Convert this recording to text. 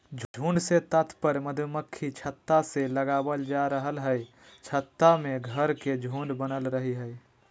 झुंड से तात्पर्य मधुमक्खी छत्ता से लगावल जा रहल हई छत्ता में घर के झुंड बनल रहई हई